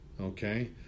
Okay